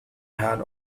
had